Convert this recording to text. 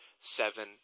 seven